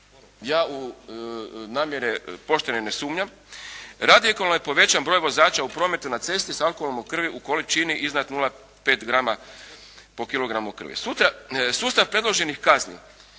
ja u namjere poštene ne sumnjam, radikalno je povećan broj vozača u prometu na cesti sa alkoholom u krvi u količini iznad 0,5 grama po kilogramu krvi. Sustav predloženih kazni